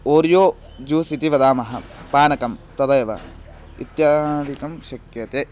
Oreo juice इति वदामः पानकं तदेव इत्यादिकं शक्यते